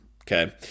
Okay